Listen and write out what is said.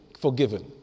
forgiven